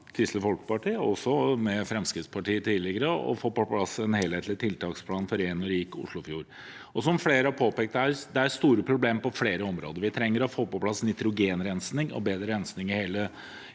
Kristelig Folkeparti – og også med Fremskrittspartiet tidligere – å få på plass en helhetlig tiltaksplan for en ren og rik Oslofjord. Som flere har påpekt her, er det store problemer på flere områder. Vi trenger å få på plass nitrogenrensing og bedre rensing